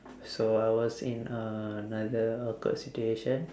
so I was in a~ another awkward situation